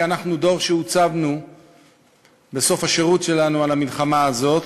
כי אנחנו דור שעוצב בסוף השירות שלנו על המלחמה הזאת,